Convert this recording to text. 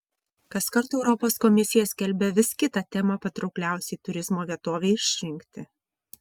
kaskart europos komisija skelbia vis kitą temą patraukliausiai turizmo vietovei išrinkti